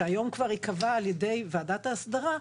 שהיום כבר יקבע על ידי ועדת ההסדרה,